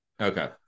okay